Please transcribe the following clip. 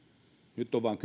nyt on vaan